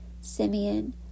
Simeon